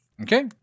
Okay